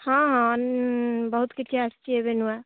ହଁ ହଁ ବହୁତ କିଛି ଆସିଛି ଏବେ ନୂଆ